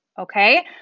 okay